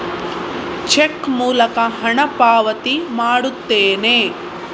check ಮೂಲಕ ಹಣ ಪಾವತಿ ಮಾಡುತ್ತೇನೆ